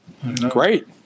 great